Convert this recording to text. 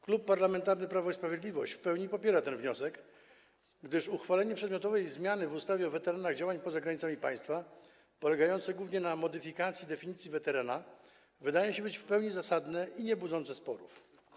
Klub Parlamentarny Prawo i Sprawiedliwość w pełni popiera ten wniosek, gdyż uchwalenie przedmiotowej zmiany w ustawie o weteranach działań poza granicami państwa polegającej głównie na modyfikacji definicji weterana wydaje się w pełni zasadne i nie budzi sporów.